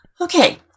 Okay